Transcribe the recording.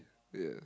yes